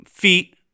feet